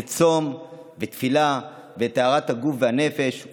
וצום ותפילה וטהרת הגוף והנפש,